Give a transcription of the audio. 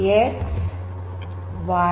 AXY